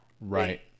right